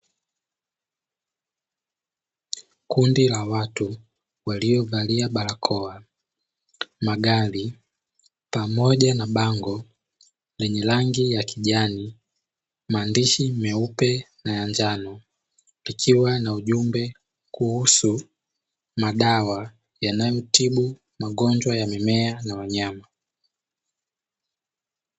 Kundi la watu waliovalia barakoa; magari, pamoja na bango lenye rangi ya kijani, maandishi meupe na ya njano ikiwa na ujumbe kuhusu madawa yanayotibu magonjwa ya mimea na wanyama.